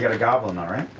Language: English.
ah goddamn and um it.